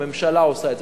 והממשלה עושה את זה.